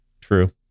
True